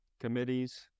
Committees